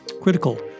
critical